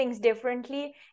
differently